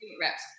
reps